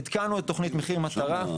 עדכנו את תוכנית מחיר מטרה,